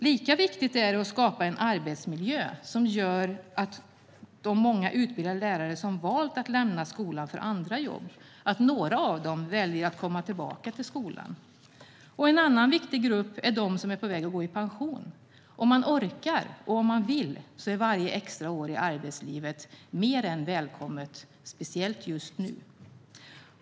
Lika viktigt är det att skapa en arbetsmiljö som gör att några av de många utbildade lärare, som har valt att lämna skolan för andra jobb, väljer att komma tillbaka till skolan. Och en annan viktig grupp är de som är på väg att gå i pension. Om man orkar och vill så är varje extra år i arbetslivet mer än välkommet, speciellt just nu.